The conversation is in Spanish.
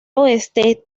oeste